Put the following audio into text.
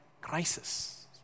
crisis